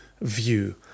view